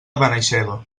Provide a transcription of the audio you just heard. benaixeve